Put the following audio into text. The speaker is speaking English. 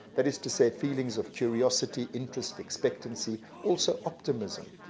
that is to say feelings of curiosity, interest, expectancy also optimism,